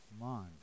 mind